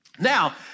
Now